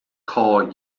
call